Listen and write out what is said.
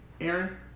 Aaron